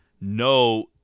No